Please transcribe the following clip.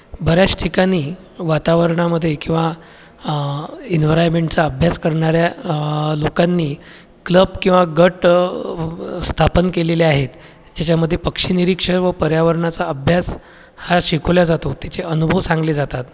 बऱ्याच ठिकाणी वातावरणामध्ये किंवा एन्वरायमेंटचा अभ्यास करणाऱ्या लोकांनी क्लब किंवा गट स्थापन केलेले आहेत ज्याच्यामध्ये पक्षी निरीक्षण व पर्यावरणाचा अभ्यास हा शिकवला जातो त्याचे अनुभव सांगले जातात